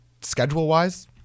schedule-wise